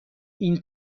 این